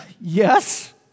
Yes